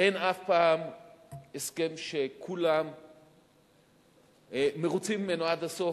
אין אף פעם הסכם שכולם מרוצים ממנו עד הסוף,